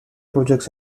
projects